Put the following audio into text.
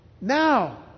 Now